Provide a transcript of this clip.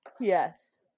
Yes